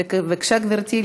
בבקשה, גברתי.